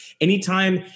Anytime